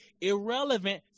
irrelevant